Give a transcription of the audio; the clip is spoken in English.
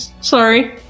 sorry